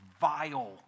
vile